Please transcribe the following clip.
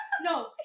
No